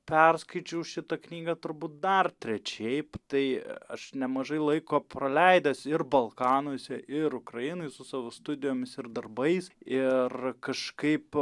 perskaičiau šitą knygą turbūt dar trečiaip tai aš nemažai laiko praleidęs ir balkanuose ir ukrainoj su savo studijomis ir darbais ir kažkaip